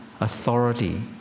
authority